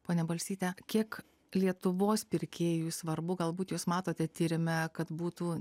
ponia balsyte kiek lietuvos pirkėjui svarbu galbūt jūs matote tyrime kad būtų